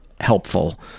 helpful